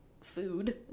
food